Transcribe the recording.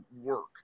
work